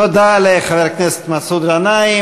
תודה לחבר הכנסת מסעוד גנאים.